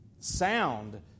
sound